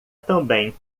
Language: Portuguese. também